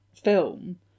film